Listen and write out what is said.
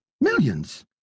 Millions